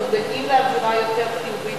מודעים לאווירה יותר חיובית,